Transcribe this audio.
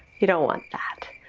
you don't want that.